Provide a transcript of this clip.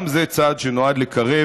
גם זה צעד שנועד לקרב